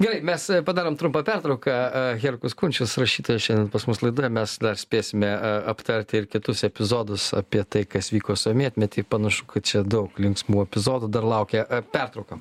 gerai mes padarom trumpą pertrauką herkus kunčius rašytojas šiandien pas mus laidoje mes dar spėsime aptarti ir kitus epizodus apie tai kas vyko sovietmety panašu kad čia daug linksmų epizodų dar laukia pertrauka